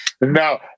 No